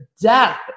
death